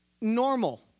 normal